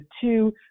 two